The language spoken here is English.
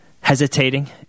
hesitating